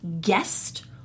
guest